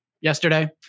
yesterday